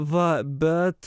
va bet